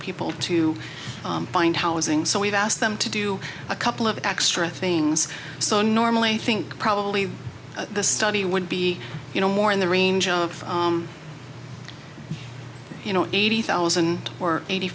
people to find housing so we've asked them to do a couple of extra things so normally think probably the study would be you know more in the range of you know eighty thousand or eighty